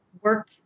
work